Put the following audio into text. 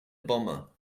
bomber